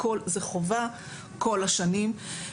הכול חובה כל השנים.